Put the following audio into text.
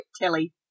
Telly